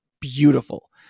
beautiful